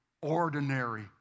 ordinary